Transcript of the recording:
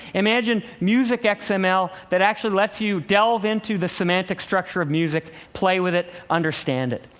imagine music and xml that actually lets you delve into the semantic structure of music, play with it, understand it.